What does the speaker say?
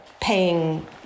paying